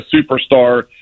superstar